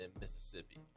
Mississippi